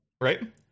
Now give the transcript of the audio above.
right